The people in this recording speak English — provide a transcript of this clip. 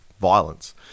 violence